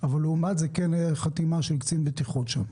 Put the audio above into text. אבל לעומת זאת, כן הייתה חתימה של קצין בטיחות שם.